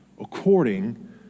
according